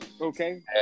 Okay